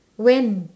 when